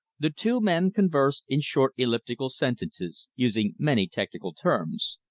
the two men conversed in short elliptical sentences, using many technical terms.